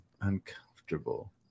uncomfortable